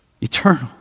eternal